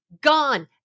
gone